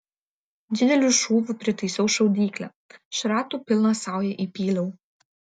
dideliu šūviu pritaisiau šaudyklę šratų pilną saują įpyliau